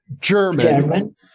German